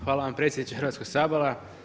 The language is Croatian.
Hvala vam predsjedniče Hrvatskog sabora.